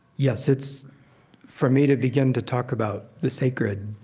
yes. it's for me to begin to talk about the sacred,